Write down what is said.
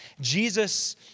Jesus